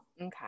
Okay